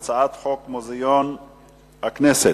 15. ההודעה על החלטת הוועדה לקידום מעמד האשה